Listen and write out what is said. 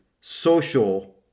social